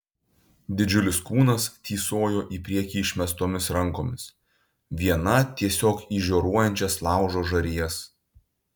didžiulis kūnas tįsojo į priekį išmestomis rankomis viena tiesiog į žioruojančias laužo žarijas